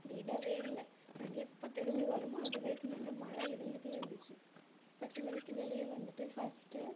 விடவே இல்லை நாங்கள் எப்போ திரும்பி வர்றோமோ அது வரைக்கும் அந்த மழை இருந்துட்டே இருந்துச்சு பத்து மணிக்கு வெளியே வந்துவிட்டு ஃபஸ்ட்டு